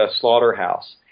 slaughterhouse